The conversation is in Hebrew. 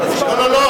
לא אני קובע.